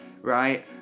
Right